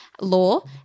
law